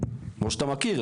כמו שאתה מכיר,